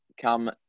come